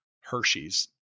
Hershey's